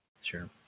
Sure